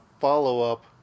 follow-up